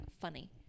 funny